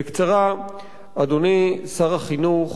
בקצרה, אדוני שר החינוך,